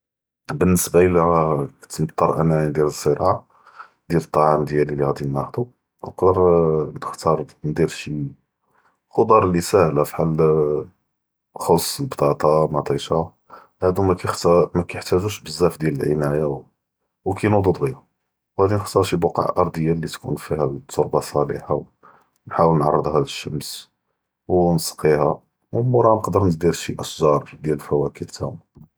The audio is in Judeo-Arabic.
באלניסבה אלא כת מטר אנני נדיר אלזראעה, דיאל טעאם דיאלי לי ראדי נאהדו, נקדר נכ’תאר נדיר שי חודאר לי סאהלה פחאל אא חס אלבטאטה מאטישה האדוק מאכיכתא מאכיתח’תו בזאף דיאל אלעניאיה, ו כינוודו דג’יה, ו האדא ח’סם שי בקעה ארדיה לי תיכון פיהא אלתרבה צאלחה, ו נחת’ול נארדיה עלא אלשמש, או נסקיה ו מוראהא נקדר נדיר שי אשג’אר.